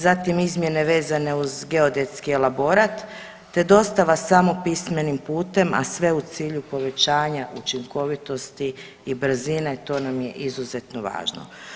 Zatim izmjene vezane uz geodetski elaborat, te dostava samo pismenim putem a sve u cilju povećanja učinkovitosti i brzine to nam je izuzetno važno.